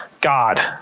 God